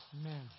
Amen